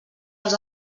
els